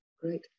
Great